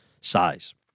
size